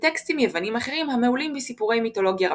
וטקסטים יוונים אחרים המהולים בסיפורי מיתולוגיה רבים,